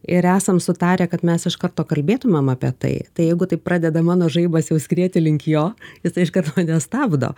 ir esam sutarę kad mes iš karto kalbėtumėm apie tai tai jeigu taip pradeda mano žaibas jau skrieti link jo ir tai iš karto nestabdo